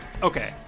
Okay